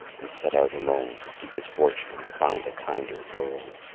and set out alone to seek his fortune and to find a kinder world.